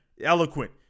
eloquent